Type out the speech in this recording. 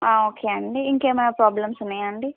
okay అండి ఇంకేమైనా problems ఉన్నయా అండి